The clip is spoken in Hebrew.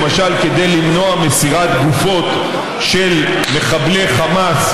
למשל כדי למנוע מסירת גופות של מחבלי חמאס,